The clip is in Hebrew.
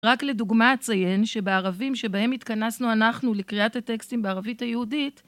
רק לדוגמה אציין, שבערבים שבהם התכנסנו אנחנו לקריאת הטקסטים בערבית היהודית